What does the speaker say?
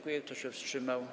Kto się wstrzymał?